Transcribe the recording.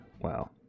wow